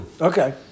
okay